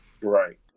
Right